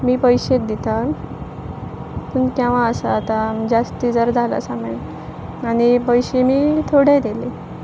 मी पयशेच दिता पूण केव्हां आसा आतां जास्ती जर जालां सामान आनी पयशे मी थोडे दिले